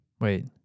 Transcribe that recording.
Wait